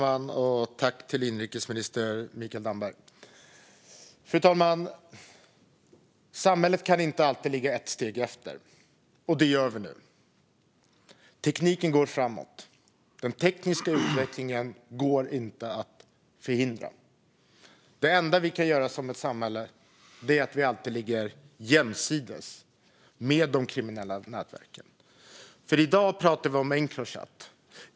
Fru talman! Samhället kan inte alltid ligga ett steg efter. Det gör vi nu. Tekniken går framåt. Den tekniska utvecklingen kan inte förhindras. Det enda samhället kan göra är att alltid ligga jämsides med de kriminella nätverken. I dag pratar vi om Encrochat.